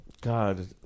god